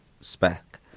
spec